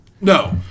No